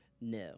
no